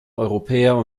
europäer